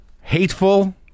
hateful